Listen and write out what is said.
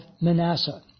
Manasseh